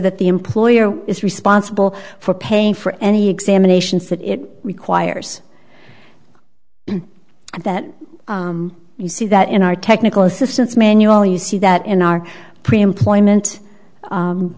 that the employer is responsible for paying for any examinations that it requires and that you see that in our technical assistance manual you see that in our pre employment